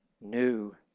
new